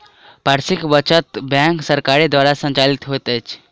पारस्परिक बचत बैंक सरकार द्वारा संचालित होइत अछि